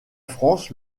france